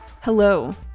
Hello